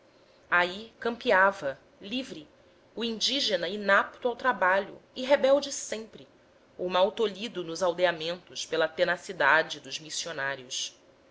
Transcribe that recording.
aí campeava livre o indígena inapto ao trabalho e rebelde sempre ou mal tolhido nos